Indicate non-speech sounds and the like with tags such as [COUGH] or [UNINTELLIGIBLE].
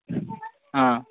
[UNINTELLIGIBLE] অঁ